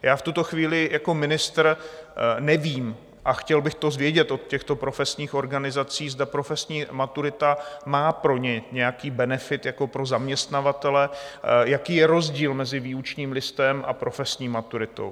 V tuto chvíli jako ministr nevím, a chtěl bych to vědět od těchto profesních organizací, zda profesní maturita má pro ně nějaký benefit jako pro zaměstnavatele, jaký je rozdíl mezi výučním listem a profesní maturitou.